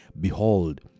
behold